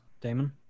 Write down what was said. Damon